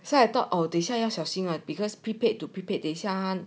so I thought oh 对象要小心啊 because prepaid to prepaid 等一下他